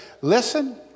listen